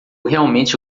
realmente